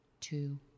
two